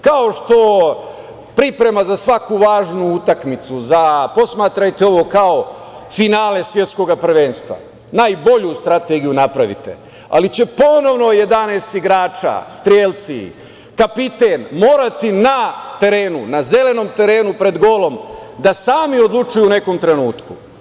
Kao što priprema za svaku važnu utakmicu, posmatrajte ovo kao finale svetskog prvenstva, najbolju strategiju napravite, ali će ponovno 11 igrača, strelci, kapiten morati na terenu, na zelenom terenu pred golom da sami odlučuju u nekom trenutku.